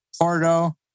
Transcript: Porto